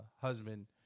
husband